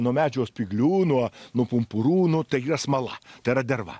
nuo medžio spyglių nuo nuo pumpurų nu tai yra smala tai yra derva